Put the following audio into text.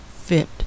fit